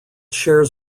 shares